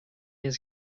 has